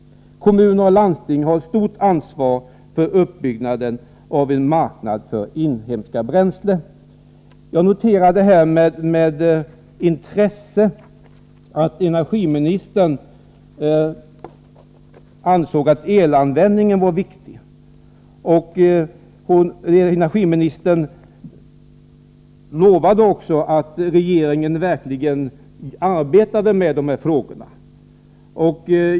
Kommuner och landsting har ett stort ansvar för uppbyggnaden av en marknad för inhemska bränslen. Jag noterade med intresse att energiministern ansåg att elanvändningen var viktig. Energiministern intygade också att regeringen verkligen arbetade med den frågan.